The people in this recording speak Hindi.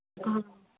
हाँ